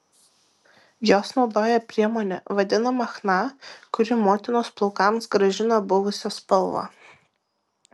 jos naudoja priemonę vadinamą chna kuri motinos plaukams grąžina buvusią spalvą